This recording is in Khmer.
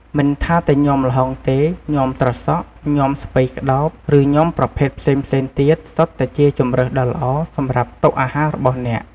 មិនថាតែញាំល្ហុងទេ ញាំត្រសក់ ញាំស្ពៃក្តោប ឬញាំប្រភេទផ្សេងៗទៀតសុទ្ធតែជាជម្រើសដ៏ល្អសម្រាប់តុអាហាររបស់អ្នក។